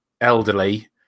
elderly